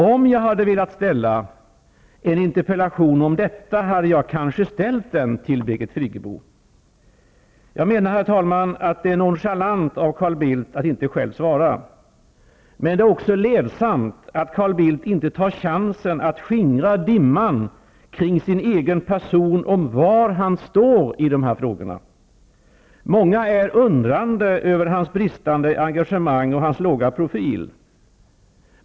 Om jag hade velat ställa en interpellation om detta hade jag kanske ställt den till Birgit Jag menar, herr talman, att det är nonchalant av Carl Bildt att inte själv svara. Det är ledsamt att Carl Bildt inte tar chansen att skingra dimman kring sin egen person om var han står i de här frågorna. Många är undrande över hans bristande engagemang och hans låga profil.